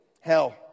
hell